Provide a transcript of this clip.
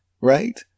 right